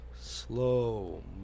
slow